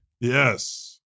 yes